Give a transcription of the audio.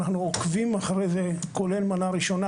אנחנו עוקבים אחרי זה כולל מנה ראשונה,